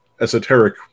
esoteric